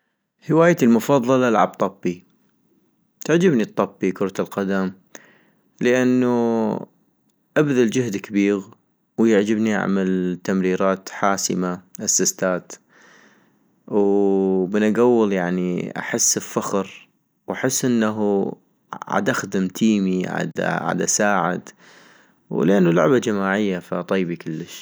هوايتي المفضلة العب طبي، تعجبني الطبي كرة القدم - لانو ابذل جهد كبيغ، ويعجبني اعمل تمريرات حاسمة اسسيستات ، ومن اكول احس بفخر، واحس انه عدخدم تيمي عدساعد -ولانو لعبة جماعية فطيبي كلش